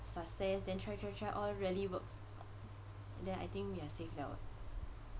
success then try try try all really works then I think we are safe liao